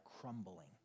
crumbling